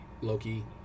Loki